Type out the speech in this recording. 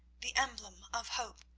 the emblem of hope.